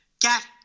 Get